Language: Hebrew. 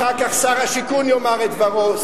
אחר כך שר השיכון יאמר את דברו,